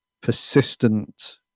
persistent